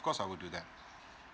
course I will do that